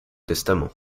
testament